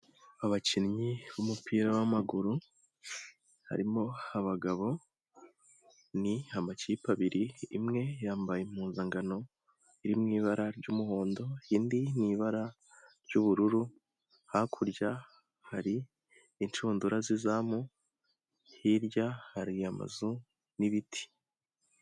Abakinnyi b'umupira w'amaguru, harimo abagabo ni amakipe abiri, imwe yambaye impuzankano iri mu ibara ry'umuhondo, indi mu ibara ry'ubururu, hakurya hari inshundura z'izamu, hirya hari amazu n'ibiti.